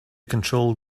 control